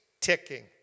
ticking